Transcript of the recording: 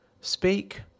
Speak